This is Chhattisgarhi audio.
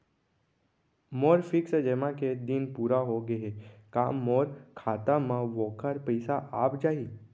मोर फिक्स जेमा के दिन पूरा होगे हे का मोर खाता म वोखर पइसा आप जाही?